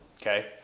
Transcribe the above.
okay